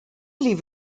clearly